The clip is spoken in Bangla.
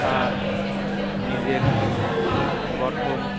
তার নিজের গঠন